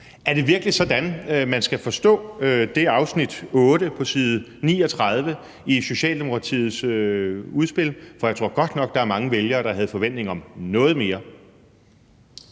Er det virkelig sådan, man skal forstå afsnit 8 på side 39 i Socialdemokratiets udspil? For jeg tror godt nok, at der er mange vælgere, der havde forventninger om noget mere.